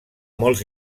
molts